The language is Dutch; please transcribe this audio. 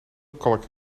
kalk